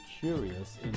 curious